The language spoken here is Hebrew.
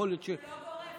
הוא לא גורף.